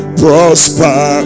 prosper